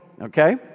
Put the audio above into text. okay